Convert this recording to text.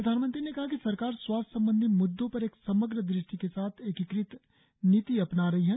प्रधानमंत्री ने कहा कि सरकार स्वास्थ्य संबंघी मुद्दों पर एक समग्र दृष्टि के साथ एकीकृत नीति अपना रही है